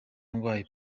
ndwaye